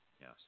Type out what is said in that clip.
yes